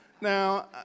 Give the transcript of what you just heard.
now